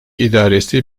idaresi